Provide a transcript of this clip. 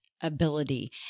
Ability